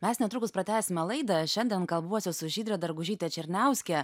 mes netrukus pratęsime laidą šiandien kalbuosi su žydre dargužyte černiauske